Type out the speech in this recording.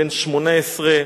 בן 18,